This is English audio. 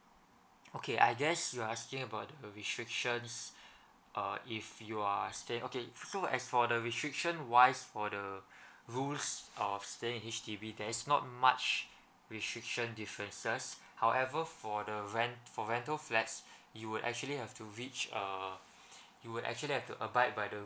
okay I guess you're asking about the restrictions uh if you are staying okay so as for the restriction wise for the rules of staying in H_D_B there's not much restriction differences however for the rent for rental flats you would actually have to reach uh you actually have to abide by the